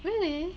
really